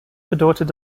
bedeutet